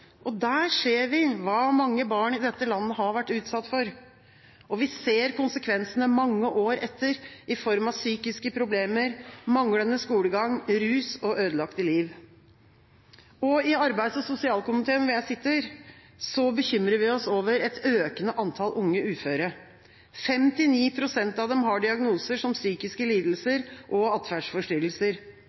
Der ser vi hva mange barn i dette landet har vært utsatt for, og vi ser konsekvensene mange år etter i form av psykiske problemer, manglende skolegang, rus og ødelagte liv. I arbeids- og sosialkomiteen, hvor jeg sitter, bekymrer vi oss over et økende antall unge uføre. 59 pst. av dem har diagnoser som psykiske lidelser og atferdsforstyrrelser.